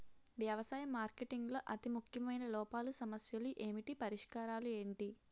వ్యవసాయ మార్కెటింగ్ లో అతి ముఖ్యమైన లోపాలు సమస్యలు ఏమిటి పరిష్కారాలు ఏంటి?